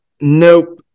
Nope